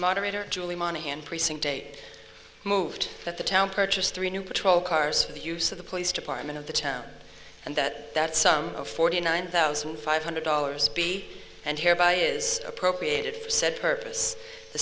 moderator julie monaghan precinct date moved that the town purchased three new patrol cars for the use of the police department of the town and that that some forty nine thousand five hundred dollars and hereby is appropriated for said purpose the